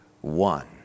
one